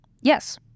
Yes